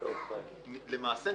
למעשה,